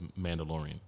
Mandalorian